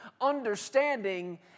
understanding